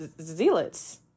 zealots